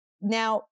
Now